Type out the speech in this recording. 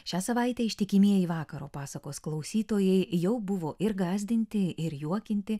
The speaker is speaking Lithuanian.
šią savaitę ištikimieji vakaro pasakos klausytojai jau buvo ir gąsdinti ir juokinti